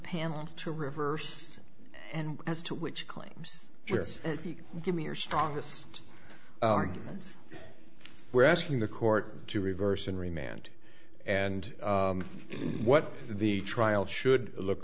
panel to reverse and as to which claims just give me your strongest arguments we're asking the court to reverse in remand and what the trial should look